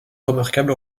remarquable